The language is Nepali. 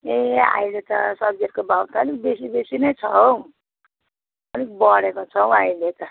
ए अहिले त सब्जीहरूको भाउ त नि बेसी बेसी नै छ हौ अलिक बढेको छ हौ अहिले त